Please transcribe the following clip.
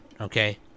okay